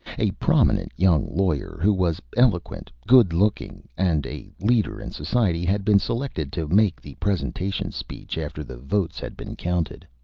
a prominent young lawyer, who was eloquent, good looking, and a leader in society, had been selected to make the presentation speech after the votes had been counted.